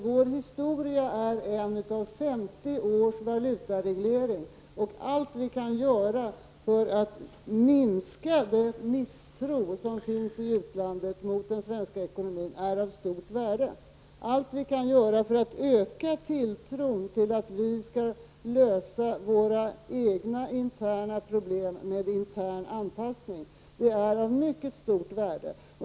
Vår historia är en av 50 års valutareglering, och allt vi kan göra för att minska den misstro som finns i utlandet mot den svenska ekonomin är av stort värde. Allt vi kan göra för att öka tilltron till att vi skall lösa våra egna interna problem med intern anpassning är av mycket stort värde.